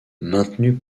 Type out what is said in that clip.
maintenue